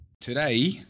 Today